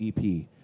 EP